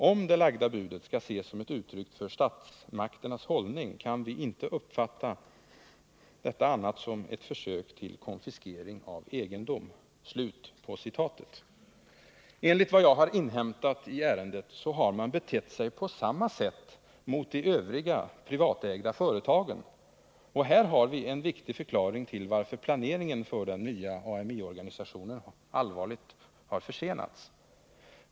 Om det lagda budet skall ses som ett uttryck för statsmakternas hållning kan vi inte uppfatta detta annat än som ett försök till konfiskering av egendom.” Enligt vad jag har inhämtat i ärendet har man betett sig på samma sätt mot de övriga privatägda företagen. Här har vi en viktig förklaring till varför planeringen för den nya AMI-organisationen allvarligt har försenats.